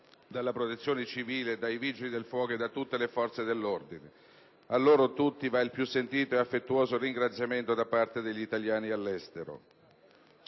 dalla Protezione civile, dai Vigili del fuoco e da tutte le forze dell'ordine. A loro tutti va il più sentito e affettuoso ringraziamento da parte degli italiani all'estero.